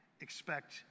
Expect